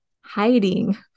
hiding